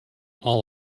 all